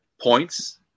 points